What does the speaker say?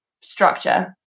structure